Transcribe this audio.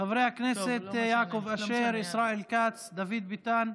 חברי הכנסת יעקב אשר, ישראל כץ, דוד ביטן,